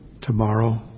tomorrow